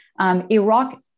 Iraq